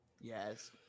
Yes